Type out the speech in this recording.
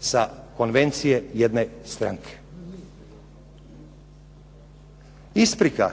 sa konvencije jedne stranke. Isprika